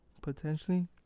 potentially